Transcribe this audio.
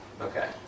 Okay